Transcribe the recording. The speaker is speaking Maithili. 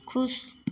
खुश